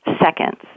seconds